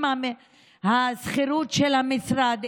עם השכירות של המשרד,